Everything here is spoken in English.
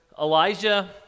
Elijah